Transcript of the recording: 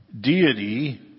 deity